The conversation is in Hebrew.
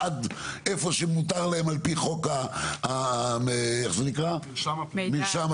עד איפה שמותר להם על פי חוק המרשם הפלילי,